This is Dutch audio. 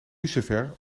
lucifer